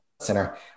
center